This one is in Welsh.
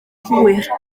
hwyr